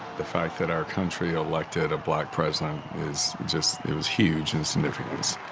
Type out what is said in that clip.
the fact that our country elected a black president is just. it was huge in significance.